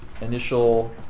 initial